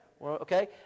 Okay